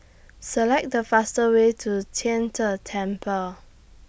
Select The faster Way to Tian De Temple